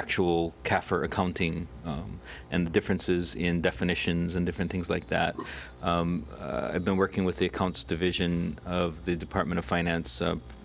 actual kaffir accounting and the differences in definitions and different things like that i've been working with the accounts division of the department of finance